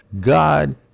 God